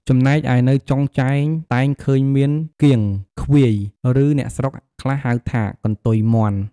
ចំណែកឯនៅចុងចែងតែងឃើញមាន “គាង ឃ្វាយ” ឬអ្នកស្រុកខ្លះហៅថា “កន្ទុយមាន់” ។